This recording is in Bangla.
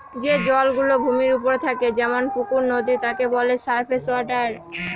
যে জল গুলো ভূমির ওপরে থাকে যেমন পুকুর, নদী তাকে বলে সারফেস ওয়াটার